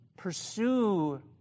Pursue